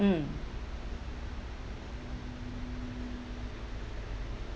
mm